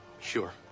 Sure